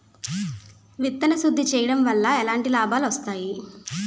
విత్తన శుద్ధి చేయడం వల్ల ఎలాంటి లాభాలు వస్తాయి?